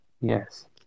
Yes